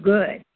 Good